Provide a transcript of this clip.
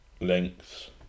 lengths